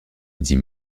dit